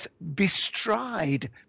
bestride